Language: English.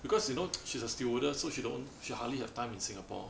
because you know she's a stewardess so she don't she hardly have time in Singapore